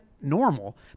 normal